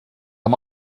amb